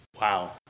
wow